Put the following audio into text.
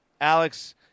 Alex